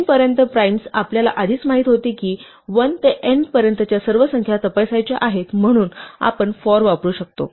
n पर्यंत primes आपल्याला आधीच माहित होते की 1 ते n पर्यंतच्या सर्व संख्या तपासायच्या आहेत म्हणून आपण for वापरू शकतो